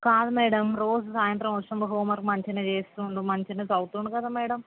కాదు మ్యాడమ్ రోజు సాయంత్రం వచ్చినప్పుడు హోమ్వర్క్ మంచిగా చేస్తుండు మంచిగా చదువుతుండు కదా మ్యాడమ్